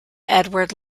edward